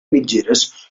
mitgeres